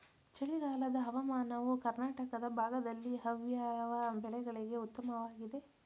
ಚಳಿಗಾಲದ ಹವಾಮಾನವು ಕರ್ನಾಟಕದ ಭಾಗದಲ್ಲಿ ಯಾವ್ಯಾವ ಬೆಳೆಗಳಿಗೆ ಉತ್ತಮವಾಗಿದೆ?